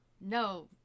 No